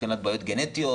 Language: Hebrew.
מבחינת בעיות גנטיות,